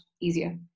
easier